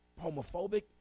homophobic